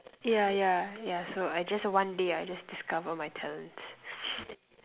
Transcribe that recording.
yeah yeah yeah so I just one day I just discover my talents